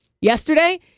Yesterday